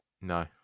No